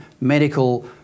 medical